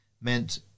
meant